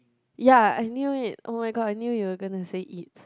ya I knew it oh-my-god I knew you're going to say it